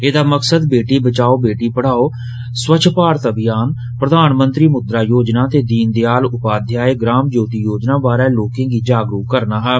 एदा मकसद 'बेटी बचाओ बेटी पढ़ाओ' स्वच्छ भारत अभियान प्रधानमंत्री मुद्रा योजना ते दीन दयाल उपाध्याय ग्राम ज्योति योजना बारे लोकें गी जागरूक बनाना हा